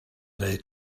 neu